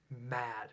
mad